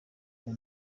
uyu